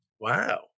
Wow